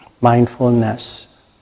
mindfulness